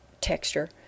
texture